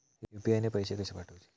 UPI ने पैशे कशे पाठवूचे?